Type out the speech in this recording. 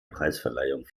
preisverleihung